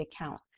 account